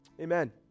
Amen